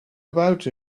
about